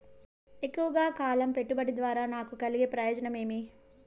ఎక్కువగా కాలం పెట్టుబడి ద్వారా నాకు కలిగే ప్రయోజనం ఏమి?